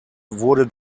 wurde